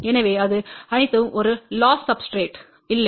எனவே அது அனைத்தும் ஒரு லொஸ் சப்ஸ்டிரேட் இல்லை